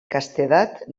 castedat